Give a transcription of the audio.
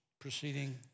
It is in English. proceeding